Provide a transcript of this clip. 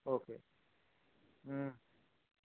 okay